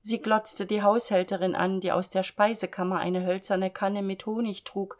sie glotzte die haushälterin an die aus der speisekammer eine hölzerne kanne mit honig trug